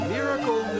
Miracle